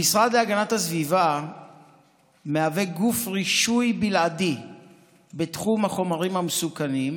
המשרד להגנת הסביבה מהווה גוף רישוי בלעדי בתחום החומרים המסוכנים,